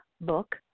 book